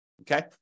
okay